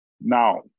Now